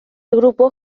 grupo